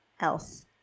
else